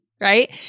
right